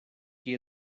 qui